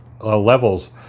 levels